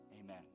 Amen